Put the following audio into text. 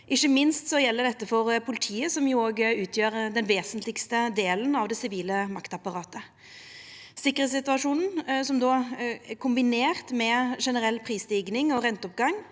Ikkje minst gjeld dette for politiet, som utgjer den mest vesentlege delen av det sivile maktapparatet. Sikkerheitssituasjonen kombinert med generell prisstiging og renteoppgang